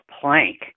plank